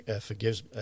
Forgives